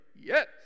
yes